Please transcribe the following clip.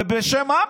ובשם מה?